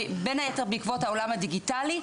בין היתר בעקבות העולם הדיגיטלי,